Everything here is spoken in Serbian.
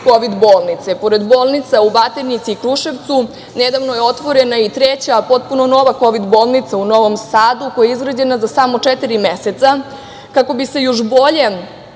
kovid bolnice. Pored bolnice u Batajnici i Kruševcu, nedavno je otvorena i treća potpuno nova kovid bolnica u Novom Sadu koja je izgrađena za samo četiri meseca kako bi se još bolje